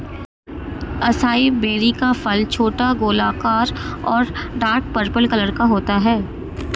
acai berry का फल छोटा, गोलाकार और डार्क पर्पल कलर का होता है